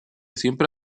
siempre